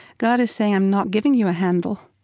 god is saying, i'm not giving you a handle.